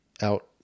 out